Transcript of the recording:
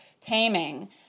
taming